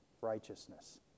righteousness